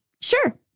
sure